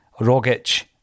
Rogic